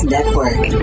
Network